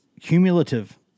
cumulative